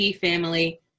family